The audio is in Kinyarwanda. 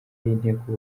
y’inteko